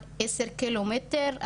עשר קילומטר,